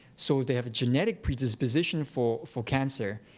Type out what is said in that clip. so they have a genetic predisposition for for cancer.